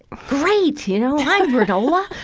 great! you know, i'm granola.